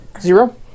Zero